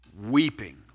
weeping